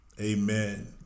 Amen